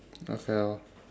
okay lor